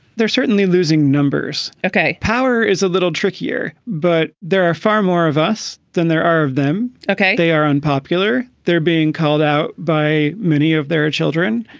they're certainly losing numbers. okay. power is a little trickier, but there are far more of us than there are of them. okay. they are unpopular. they're being called out by many of their children.